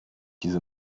diese